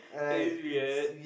that is weird